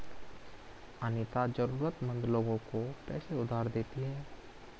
अनीता जरूरतमंद लोगों को पैसे उधार पर देती है